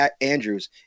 Andrews